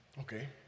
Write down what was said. okay